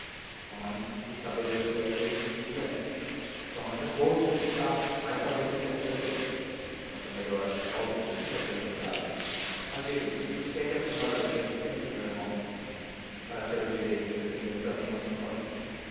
mamãe quis saber o que é que ele me dizia e sua mãe zangou-se aí está vai talvez repreendê-lo tanto melhor paulo precisa ser emendado mas diga-me por que é que a senhora defende sempre a meu irmão para ter o direito de defender também ao senhor